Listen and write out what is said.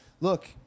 Look